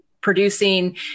producing